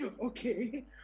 Okay